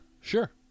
sure